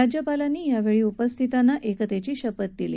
राज्यपालांनी उपस्थितांना एकतेची शपथ दिली